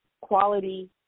quality